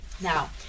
Now